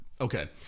Okay